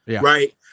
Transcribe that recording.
right